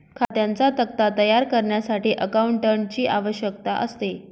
खात्यांचा तक्ता तयार करण्यासाठी अकाउंटंटची आवश्यकता असते